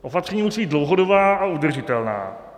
Opatření musí být dlouhodobá a udržitelná.